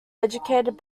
educated